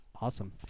Awesome